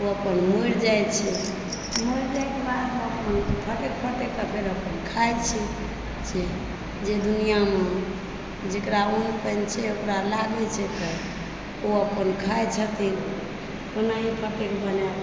ओ अपन मरि जाइत छै मरि जाएके बाद तऽ अपन फटकि फटकि रखलहुँ खाइत छी जे दुनियामे जेकरा अन्न पानि छै ओकरा लागए छै ओ अपन खाए छथिन ओनाहियो कते बना